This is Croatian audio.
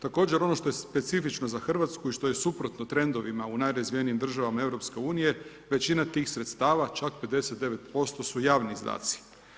Također ono što je specifično za Hrvatsku i što je suprotno trendovima u najrazvijenijim državama EU, većina tih sredstava, čak 59% su javni izdaci.